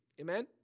Amen